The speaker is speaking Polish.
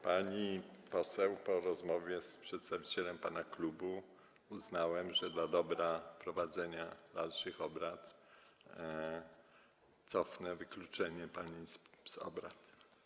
Pani poseł, po rozmowie z przedstawicielem pani klubu uznałem, że dla dobra prowadzenia dalszych obrad cofnę wykluczenie pani z obrad.